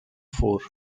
four